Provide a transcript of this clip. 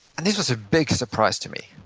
and this was a big surprise to me,